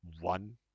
one